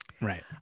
right